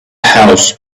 house